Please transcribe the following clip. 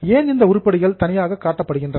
ஏன் இந்த உருப்படிகள் தனியாக காட்டப்படுகின்றன